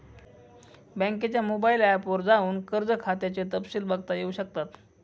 बँकेच्या mobile app वर जाऊन कर्ज खात्याचे तपशिल बघता येऊ शकतात